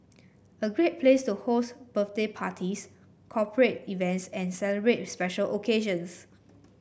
a great place to host birthday parties corporate events and celebrate special occasions